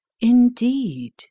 Indeed